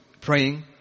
praying